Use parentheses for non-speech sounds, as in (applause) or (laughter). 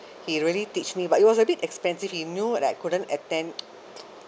he really teach me but it was a bit expensive he knew that I couldn't attend (noise)